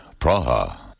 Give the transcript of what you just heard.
Praha